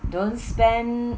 don't spend